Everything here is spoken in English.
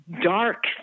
dark